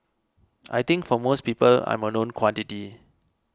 I think for most people I'm a known quantity